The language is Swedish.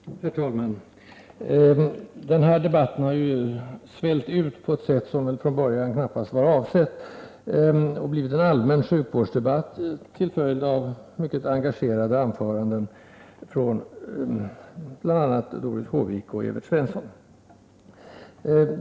Herr talman! Denna debatt har svällt ut på ett sätt som väl från början knappast var avsett och har blivit en allmän sjukvårdsdebatt, till följd av mycket engagerade anföranden från bl.a. Doris Håvik och Evert Svensson.